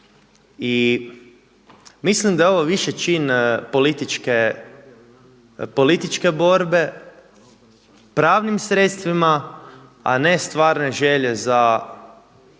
i mislim da je ovo više čin političke borbe, pravnim sredstvima a ne stvarne želje za,